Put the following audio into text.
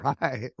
right